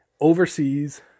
overseas